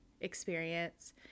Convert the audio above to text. experience